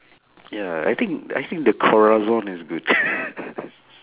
ya I think I think the corazon is good